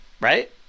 right